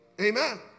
Amen